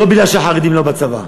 לא בגלל שהחרדים לא בצבא.